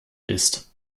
ist